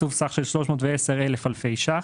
תקצוב סך של 310,000 אלפי ₪.